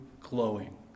glowing